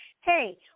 hey